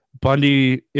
Bundy